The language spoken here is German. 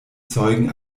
zeugen